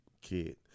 kid